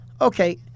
okay